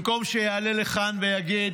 במקום שיעלה לכאן ויגיד: